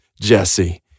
Jesse